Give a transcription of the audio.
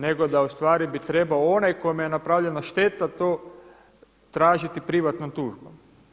Nego da ustvari bi trebao onaj kojemu je napravljena šteta to tražiti privatnom tužbom.